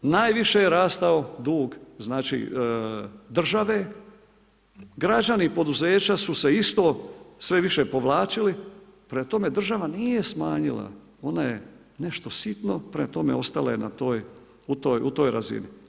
Najviše je rastao dug države, građani i poduzeća su se sve više povlačili, prema tome država nije smanjila, ona je nešto sitno prema tome ostala je u toj razini.